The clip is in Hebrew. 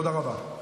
תודה רבה.